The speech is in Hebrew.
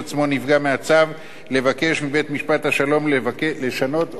לבקש מבית-משפט השלום לשנות או לבטל את הצו.